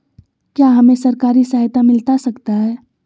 क्या हमे सरकारी सहायता मिलता सकता है?